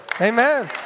amen